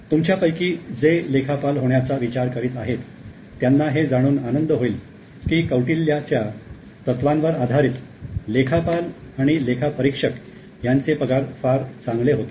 तुमच्यापैकी जे लेखापाल होण्याचा विचार करीत आहेत त्यांना हे जाणून आनंद होईल की कौटिल्याच्या तत्वांवर आधारित लेखापाल आणि लेखापरीक्षक यांचे पगार फार चांगले होते